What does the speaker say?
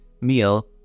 meal